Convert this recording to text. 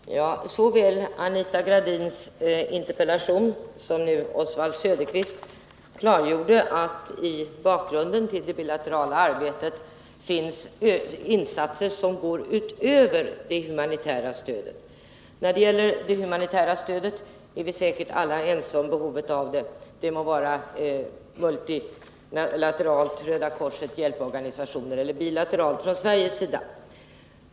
Herr talman! Såväl Anita Gradins interpellation som nu Oswald Söderqvists inlägg klargjorde att i bakgrunden till det bilaterala arbetet finns insatser som går utöver det humanitära stödet. När det gäller det humanitära stödet är vi säkert alla ense om behovet av det — det må vara multilateralt från Röda korset eller andra hjälporganisationer eller bilateralt från Sveriges sida.